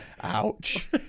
Ouch